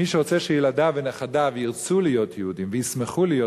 מי שרוצה שילדיו ונכדיו ירצו להיות יהודים וישמחו להיות